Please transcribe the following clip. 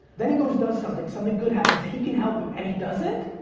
then he goes does something, something good happens, he can help me, and he doesn't?